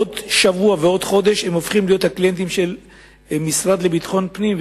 עוד שבוע ועוד חודש הם הופכים להיות קליינטים של המשרד לביטחון פנים,